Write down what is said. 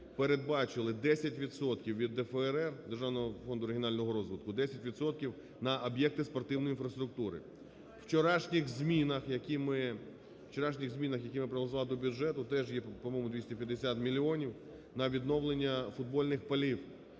передбачили 10 відсотків від ДФРР (Державного фонду регіонального розвитку), 10 відсотків на об'єкти спортивної інфраструктури. У вчорашніх змінах, які ми проголосували до бюджету, теж є, по-моєму, 250 мільйонів на відновлення футбольних полів,